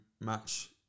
match